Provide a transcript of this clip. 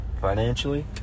financially